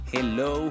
Hello